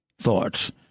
Thoughts